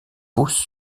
pousse